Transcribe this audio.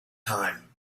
time